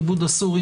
עיבוד אסור,